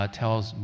tells